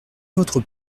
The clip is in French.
votre